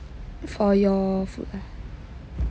for your